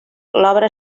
l’obra